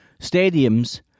stadiums